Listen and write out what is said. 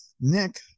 Nick